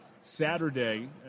Saturday